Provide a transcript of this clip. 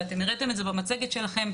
ואתם הראיתם את זה במצגת שלכם,